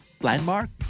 landmark